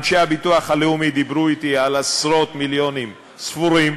אנשי הביטוח הלאומי דיברו אתי על עשרות-מיליונים ספורים,